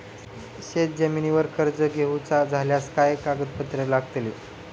शेत जमिनीवर कर्ज घेऊचा झाल्यास काय कागदपत्र लागतली?